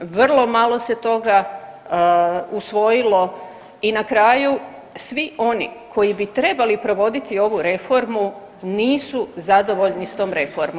Vrlo malo se toga usvojilo i na kraju svi oni koji bi trebali provoditi ovu reformu nisu zadovoljni sa tom reformom.